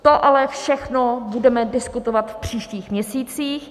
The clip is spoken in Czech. To ale všechno budeme diskutovat v příštích měsících.